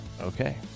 Okay